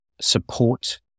support